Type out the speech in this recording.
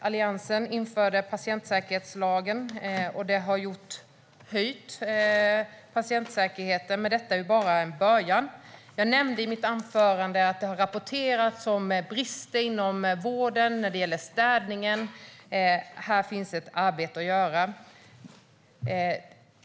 Alliansen införde patientsäkerhetslagen, som har höjt patientsäkerheten, men detta är bara en början. Jag nämnde i mitt huvudanförande att det har rapporterats om brister inom vården när det gäller städningen. Här finns ett arbete att göra.